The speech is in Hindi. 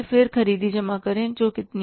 फिर खरीदी जमा करे जो कितनी है